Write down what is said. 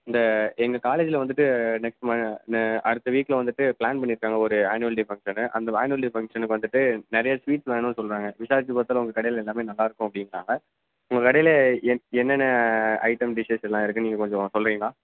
இந்த எங்கள் காலேஜில் வந்துட்டு நெக்ஸ்ட் ம அடுத்த வீக்ல வந்துட்டு பிளான் பண்ணியிருக்காங்க ஒரு ஆன்வல் டே ஃபங்க்ஷனு அந்த ஆன்வல் டே ஃபங்க்ஷனுக்கு வந்துட்டு நிறைய ஸ்வீட்ஸ் வேணும்னு சொல்கிறாங்க விசாரித்து பார்த்ததுல உங்கள் கடையில் எல்லாமே நல்லாயிருக்கும் அப்படினாங்க உங்கள் கடையில் என் என்னென்ன ஐட்டம் டிஷ்ஷஷ்லாம் இருக்குது நீங்கள் கொஞ்சம் சொல்கிறீங்களா